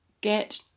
get